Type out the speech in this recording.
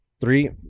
Three